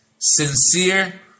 sincere